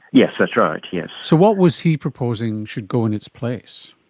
yes, that's right, yes. so what was he proposing should go in its place?